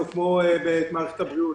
כמו את מערכת הבריאות: